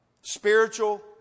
spiritual